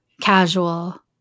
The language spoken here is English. Casual